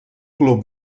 club